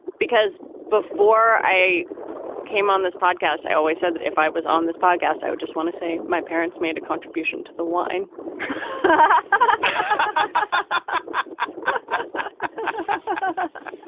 because before i came on this podcast i always said that if i was on this podcast i would just want to say my parents made a contribution to the wine ah